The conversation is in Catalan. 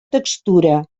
textura